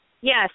Yes